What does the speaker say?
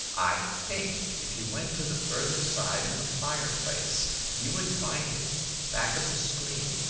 i think if you went to the further side of the fire-place you would find it back of the screen,